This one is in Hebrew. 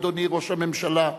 אדוני ראש הממשלה,